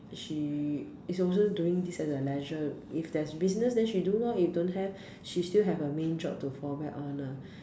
she is also doing this as a leisure if there's business then she do lor if don't have she still have her main job to fall back on lah